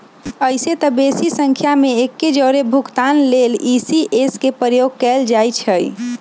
अइसेए तऽ बेशी संख्या में एके जौरे भुगतान लेल इ.सी.एस के प्रयोग कएल जाइ छइ